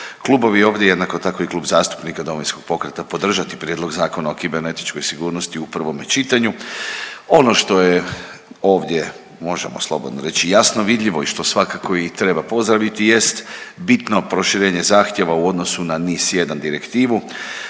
klubovi ovdje, jednako tako i Klub zastupnika Domovinskog pokreta podržati prijedlog Zakona o kibernetičkoj sigurnosti u prvome čitanju. Ono što je ovdje možemo slobodno reći jasno vidljivo i što svakako i treba pozdraviti jest bitno proširenje zahtjeva u odnosu na NIS1 Direktivu,